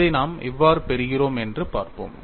இதை நாம் எவ்வாறு பெறுகிறோம் என்று பார்ப்போம்